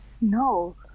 No